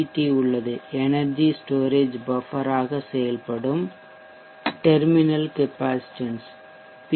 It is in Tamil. டி உள்ளது எனர்ஜி ஸ்டோரேஜ் பஃபர் ஆக செயல்படும் டெர்மினல் கெப்பாசிட்டன்ஸ் பி